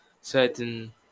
certain